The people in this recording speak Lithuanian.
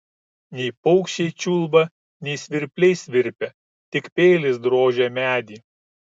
nei paukščiai čiulba nei svirpliai svirpia tik peilis drožia medį